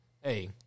hey